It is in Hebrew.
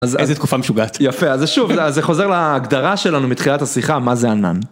איזה תקופה משוגעת יפה אז שוב זה חוזר להגדרה שלנו מתחילת השיחה מה זה ענן.